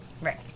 right